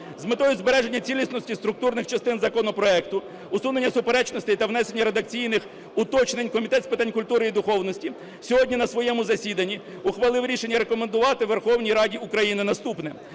З метою збереження цілісності структурних частин законопроекту, усунення суперечностей та внесення редакційних уточнень Комітет з питань культури і духовності сьогодні на своєму засіданні ухвалив рішення рекомендувати Верховній Раді України наступне.